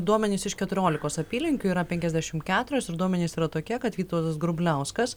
duomenis iš keturiolikos apylinkių yra penkiasdešimt keturios ir duomenys yra tokie kad vytautas grubliauskas